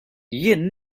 jien